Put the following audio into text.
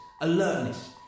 Alertness